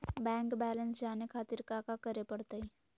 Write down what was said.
Bank balance जाने खातिर काका करे पड़तई?